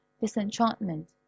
disenchantment